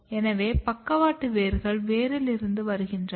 எனவே பக்கவாட்டு வேர்கள் வேரிலிருந்து வருகின்றன